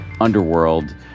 underworld